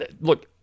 Look